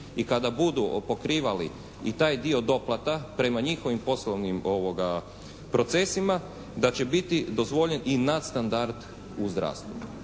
i kada budu opokrivali i taj dio doplata prema njihovim poslovnim procesima da će biti dozvoljen i nad standard u zdravstvu